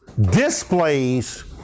displays